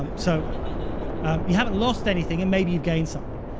um so you haven't lost anything, and maybe you gain something.